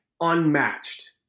unmatched